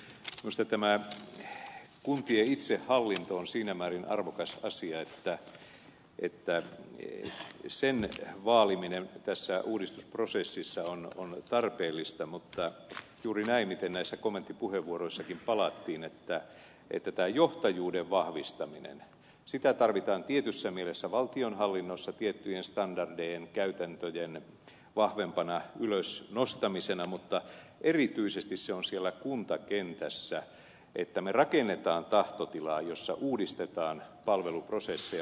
minusta tämä kuntien itsehallinto on siinä määrin arvokas asia että sen vaaliminen tässä uudistusprosessissa on tarpeellista mutta juuri näin miten näissä kommenttipuheenvuoroissakin palattiin että tätä johtajuuden vahvistamista tarvitaan tietyssä mielessä valtionhallinnossa tiettyjen standardien käytäntöjen vahvempana ylös nostamisena mutta erityisesti se on siellä kuntakentässä että me rakennamme tahtotilaa jossa uudistetaan palveluprosesseja palvelukäytäntöjä